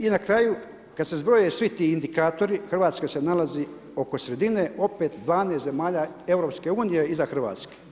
I na kraju kada se zbroje svi ti indikatori Hrvatska se nalazi oko sredine, opet 12 zemalja EU iza Hrvatske.